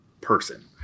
person